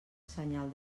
senyal